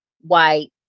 white